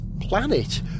planet